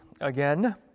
again